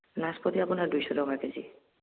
নাচপতি আপোনাৰ দুইশ টকা কেজি